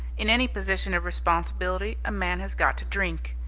in any position of responsibility a man has got to drink.